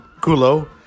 Kulo